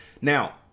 Now